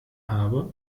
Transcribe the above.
habe